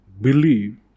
believe